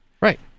Right